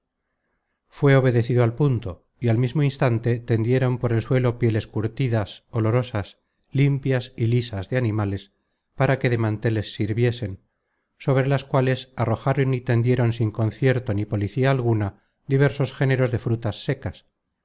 fué obedecido al punto y al mismo instante tendieron por el suelo pieles curtidas olorosas limpias y lisas de animales para que de manteles sirviesen sobre las cuales arrojaron y tendieron sin concierto ni policía alguna diversos géneros de frutas secas